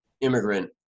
Immigrant